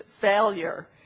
failure